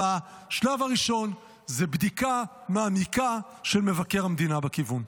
והשלב הראשון הוא בדיקה מעמיקה של מבקר המדינה בכיוון.